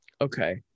Okay